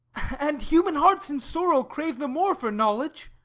and human hearts in sorrow crave the more, for knowledge,